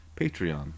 Patreon